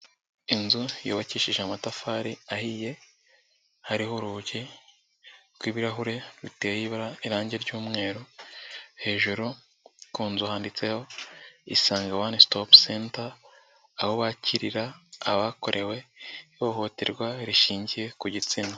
Inzu yubakishije amatafari ahiye, hariho urugi rw'ibirahure ruteye irangi ry'mweru, hejuru ku nzu handitseho "Isange One Stop Center, aho bakirira abakorewe ihohoterwa rishingiye ku gitsina".